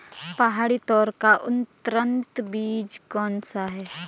पहाड़ी तोर का उन्नत बीज कौन सा है?